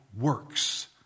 works